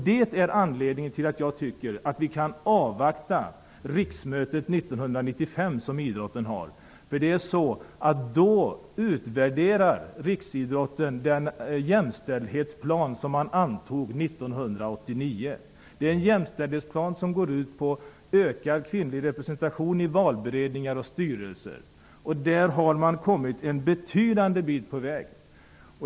Det är anledningen till att jag tycker att vi kan avvakta riksidrottsmötet 1995, då riksidrottsrörelsen kommer att utvärdera den jämställdhetsplan som antogs 1989. Det är en jämställdhetsplan som går ut på ökad kvinnlig representation i valberedningar och styrelser. Där har man kommit en god bit på väg.